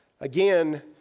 again